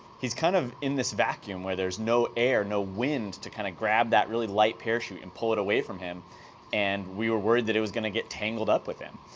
he's kind of in this vacuum where there's no air, no wind to kind of grab that really light parachute and pull it away from him and we were worried that it was gonna get tangled up with him.